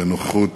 בנוכחות